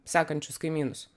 sekančius kaimynus